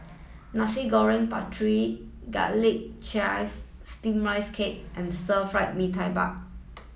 Nasi Goreng Pattaya garlic chive steam rice cake and Stir Fried Mee Tai Mak